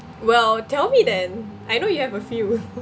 well tell me then I know you have a few